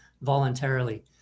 voluntarily